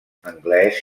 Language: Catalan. anglès